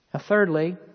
Thirdly